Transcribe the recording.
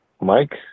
Mike